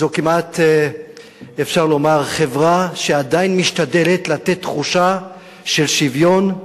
כמעט אפשר לומר חברה שעדיין משתדלת לתת תחושה של שוויון,